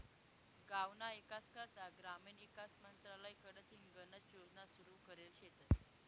गावना ईकास करता ग्रामीण ईकास मंत्रालय कडथीन गनच योजना सुरू करेल शेतस